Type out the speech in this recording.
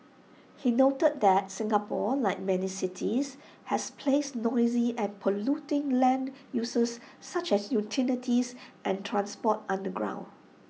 he noted that Singapore like many cities has placed noisy and polluting land uses such as utilities and transport underground